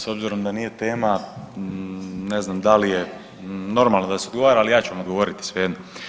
S obzirom da nije tema, ne znam da li je normalo da se odgovara, ali ja ću vam odgovoriti svejedno.